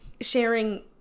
sharing